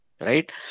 right